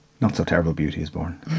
not-so-terrible-beauty-is-born